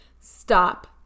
stop